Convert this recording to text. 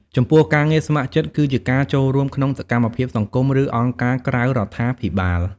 ចំពោះការងារស្ម័គ្រចិត្តគឺជាការ ចូលរួមក្នុងសកម្មភាពសង្គម ឬអង្គការក្រៅរដ្ឋាភិបាល។